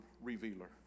revealer